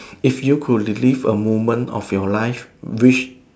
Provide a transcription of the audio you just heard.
if you relive a moment of your life which